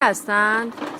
هستند